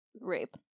rape